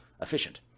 efficient